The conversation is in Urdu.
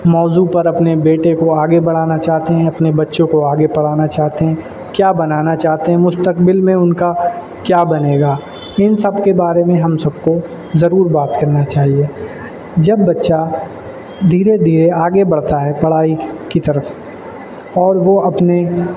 موضوع پر اپنے بیٹے کو آگے بڑھانا چاہتے ہیں اپنے بچوں کو آگے پڑھانا چاہتے ہیں کیا بنانا چاہتے ہیں مستقبل میں ان کا کیا بنے گا ان سب کے بارے میں ہم سب کو ضرور بات کرنا چاہیے جب بچہ دھیرے دھیرے آگے بڑھتا ہے پڑھائی کی طرف اور وہ اپنے